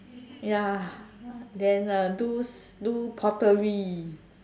ya then uh do do pottery